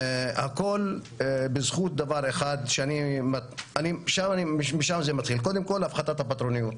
הכל בזכות דבר אחד שמשם זה מתחיל קודם כל והוא הפחתת הפטרוניות,